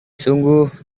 sungguh